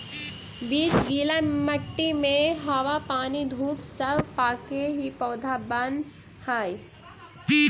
बीज गीला मट्टी में हवा पानी धूप सब पाके ही पौधा बनऽ हइ